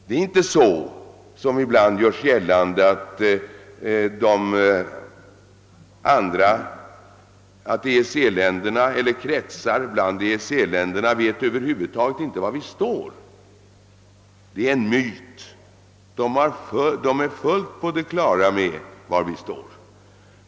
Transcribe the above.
Det är inte så, vilket ibland görs gällande, att EEC länderna eller kretsar inom dessa över huvud taget inte vet var vi står. Det är en myt.